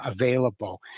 available